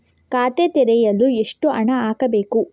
ಖಾತೆ ತೆರೆಯಲು ಎಷ್ಟು ಹಣ ಹಾಕಬೇಕು?